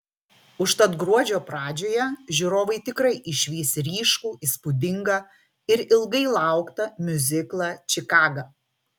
užtat gruodžio pradžioje žiūrovai tikrai išvys ryškų įspūdingą ir ilgai lauktą miuziklą čikaga